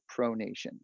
pronation